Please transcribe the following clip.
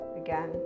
again